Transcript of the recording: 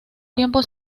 tiempo